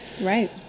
Right